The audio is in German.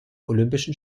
olympischen